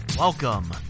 Welcome